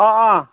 অ' অ'